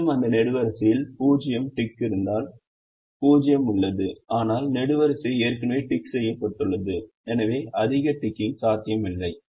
மீண்டும் அந்த நெடுவரிசையில் 0 டிக் இருந்தால் 0 உள்ளது ஆனால் நெடுவரிசை ஏற்கனவே டிக் செய்யப்பட்டுள்ளது எனவே அதிக டிக்கிங் சாத்தியமில்லை